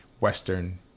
Western